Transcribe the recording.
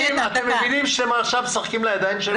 מבינים שהם עכשיו משחקים לידיים שלנו?